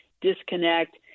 disconnect